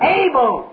able